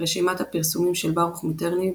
רשימת הפרסומים של ברוך מיטרני,